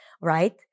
right